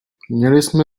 jsem